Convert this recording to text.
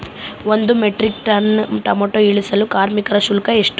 ಒಂದು metric ton tomato ಇಳಿಸಲು ಕಾರ್ಮಿಕರ ಶುಲ್ಕ ಎಷ್ಟು?